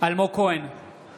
אלמוג כהן, נגד מאיר כהן,